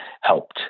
helped